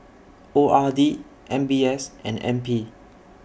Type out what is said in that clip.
O R D M B S and N P